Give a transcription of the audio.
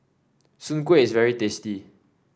Soon Kueh is very tasty